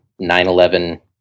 9/11